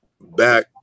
back